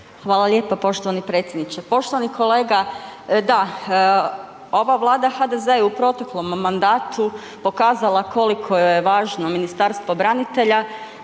Hvala lijepo poštovani predsjedniče. Poštovani kolega da, ova Vlada HDZ-a je u proteklom mandatu pokazala koliko joj je važno Ministarstvo branitelja